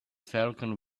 falcon